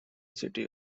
city